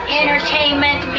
entertainment